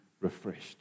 refreshed